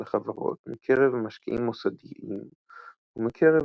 לחברות מקרב משקיעים מוסדיים ומקרב